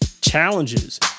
challenges